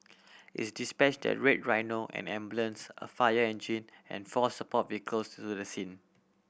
it dispatched a Red Rhino an ambulance a fire engine and four support vehicles to do the scene